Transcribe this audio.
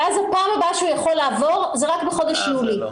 ואז הפעם הבאה שהוא יכול לעבור זה רק בחודש יולי.